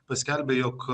paskelbė jog